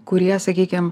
kurie sakykim